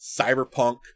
cyberpunk